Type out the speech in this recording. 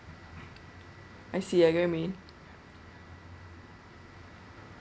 I see I got what you mean